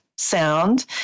sound